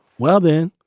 well, then.